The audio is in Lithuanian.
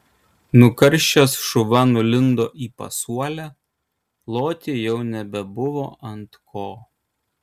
nukaršęs šuva nulindo į pasuolę loti jau nebebuvo ant ko